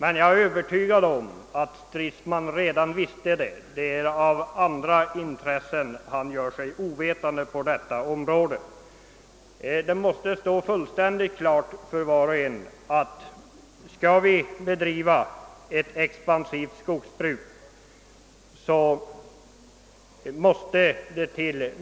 Men jag är övertygad om att herr Stridsman visste det och att det är andra intressen som gör ait han ställer sig ovetande i dessa frågor. Det måste stå fullt klart för var och en, att om vi skall kunna driva ett expansivt skogsbruk måste ägandet koncentreras.